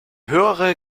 höhere